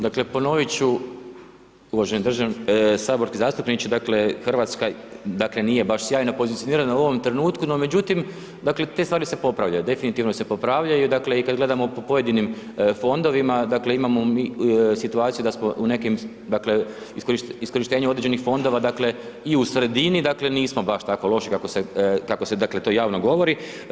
Dakle ponoviti ću, uvaženi saborski zastupniče, dakle Hrvatska dakle nije baš sjajno pozicionirana u ovom trenutku, no međutim dakle te stvari se popravljaju, definitivno se popravljaju i dakle kada gledamo po pojedinim fondovima, dakle imamo mi situaciju da smo u nekim, u iskorištenju određenih fondova i u sredini, dakle nismo baš tako loši kako se to javno govori.